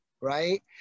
right